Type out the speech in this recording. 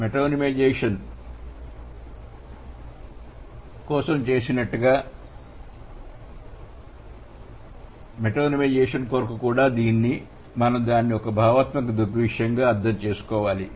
metaphorization కోసం చేసినట్లుగానే metonymization కొరకు కూడా మనం దానిని ఒక భావనాత్మక దృగ్విషయంగావిధంగా అర్థం చేసుకోవాలి